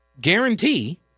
guarantee